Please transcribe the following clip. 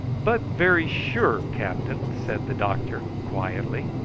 but very sure, captain, said the doctor quietly.